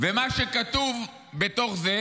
מה שכתוב בתוך זה